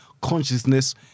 consciousness